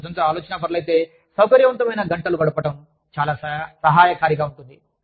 మీరు స్వతంత్ర ఆలోచనాపరులైతే సౌకర్యవంతమైన గంటలు గడపడం చాలా సహాయకారిగా ఉంటుంది